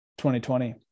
2020